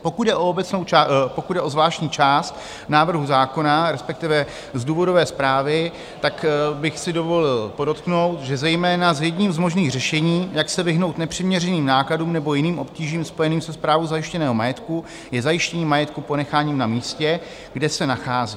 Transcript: Pokud jde o obecnou část, pokud jde o zvláštní část návrhu zákona, respektive z důvodové zprávy, tak bych si dovolil podotknout, že zejména jedním z možných řešení, jak se vyhnout nepřiměřeným nákladům nebo jiným obtížím spojeným se správou zajištěného majetku, je zajištění majetku ponecháním na místě, kde se nachází.